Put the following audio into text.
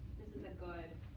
this is a good